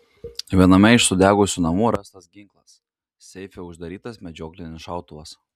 viename iš sudegusių namų rastas ginklas seife uždarytas medžioklinis šautuvas